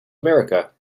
america